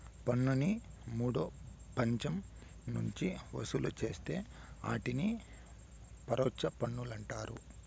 పన్నుని మూడో పచ్చం నుంచి వసూలు చేస్తే ఆటిని పరోచ్ఛ పన్నులంటారు